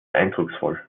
eindrucksvoll